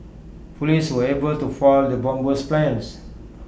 Police were able to foil the bomber's plans